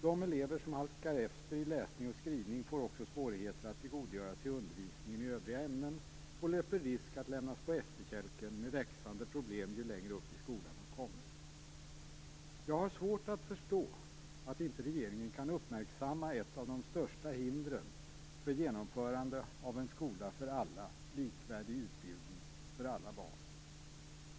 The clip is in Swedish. De elever som halkar efter i läsning och skrivning får också svårigheter att tillgodogöra sig undervisningen i övriga ämnen och löper risk att lämnas på efterkälken, med växande problem ju längre upp i skolan de kommer. Jag har svårt att förstå att regeringen inte kan uppmärksamma ett av de största hindren för genomförandet av en skola för alla och likvärdig utbildning för alla barn.